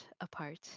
apart